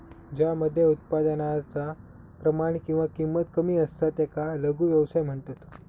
ज्या मध्ये उत्पादनाचा प्रमाण किंवा किंमत कमी असता त्याका लघु व्यवसाय म्हणतत